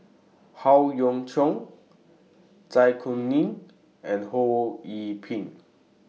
Howe Yoon Chong Zai Kuning and Ho Yee Ping